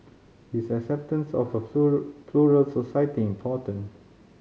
is acceptance of a plural society important